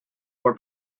war